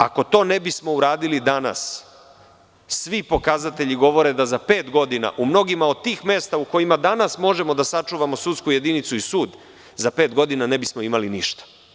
Ako to ne bismo uradili danas, svi pokazatelji govore da za pet godina, u mnogim od tih mesta u kojima danas možemo da sačuvamo sudsku jedinicu i sud ne bismo imali ništa.